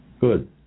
Good